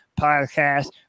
podcast